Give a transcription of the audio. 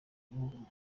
igihugu